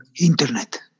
internet